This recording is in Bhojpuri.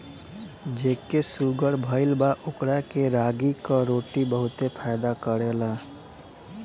जेके शुगर भईल बा ओकरा के रागी कअ रोटी बहुते फायदा करेला